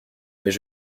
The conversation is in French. mais